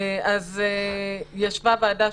ישבה ועדה,